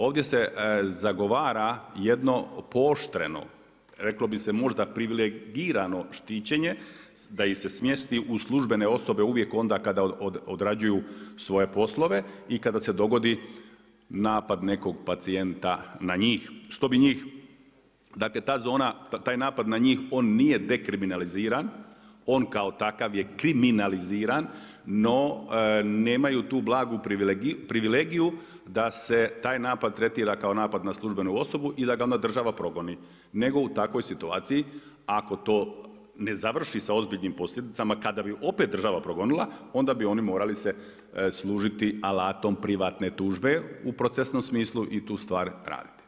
Ovdje se zagovara jedno pooštreno, reklo bi se možda privilegirano štićenje da ih se smjesti u službene osobe uvijek onda kada odrađuju svoje poslove i kada se dogodi napad nekog pacijenta na njih, što bi njih, dakle ta zona, taj napad na njih on nije dekriminaliziran, on kao takav je kriminaliziran no nemaju tu blagu privilegiju da se taj napad tretira kao napad na službenu osobu i da ga onda država progoni, nego u takvoj situaciji ako to ne završi sa ozbiljnim posljedicama, kada bi opet država progonila onda bi oni morali se služiti alatom privatne tužbe u procesnom smislu i tu stvar raditi.